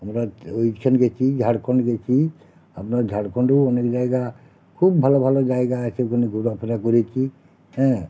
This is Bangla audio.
আমরা ওইখান গেছি ঝাড়খন্ড গেছি আমরা ঝাড়খন্ডেও অনেক জায়গা খুব ভালো ভালো জায়গা আছে ওখানে ঘোয়া ফেরা করেছি হ্যাঁ